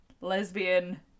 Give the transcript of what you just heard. lesbian